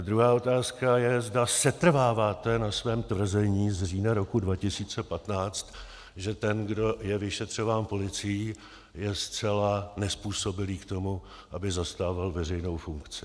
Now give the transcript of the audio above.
Druhá otázka je, zda setrváváte na svém tvrzení z října roku 2015, že ten, kdo je vyšetřován policií, je zcela nezpůsobilý k tomu, aby zastával veřejnou funkci.